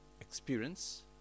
experience